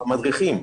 המדריכים,